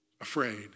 afraid